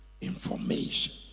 information